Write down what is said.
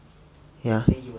ya